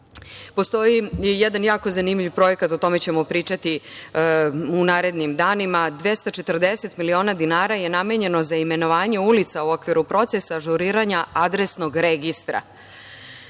postoji i jedan jako zanimljiv projekat. O tome ćemo pričati u narednim danima. Dakle, 240 miliona dinara je namenjeno za imenovanje ulica u okviru procesa ažuriranja adresnog registra. Mi